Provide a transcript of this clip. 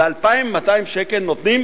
ו-2,200 שקל נותנים